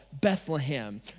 Bethlehem